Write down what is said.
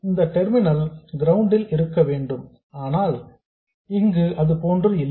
இந்த டெர்மினல் கிரவுண்டில் இருக்க வேண்டும் ஆனால் இங்கு அதுபோன்று இல்லை